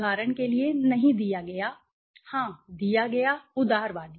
उदाहरण के लिए नहीं दिया गया हां दिया गया उदारवादी